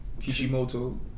Kishimoto